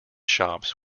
shops